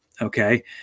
Okay